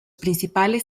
principales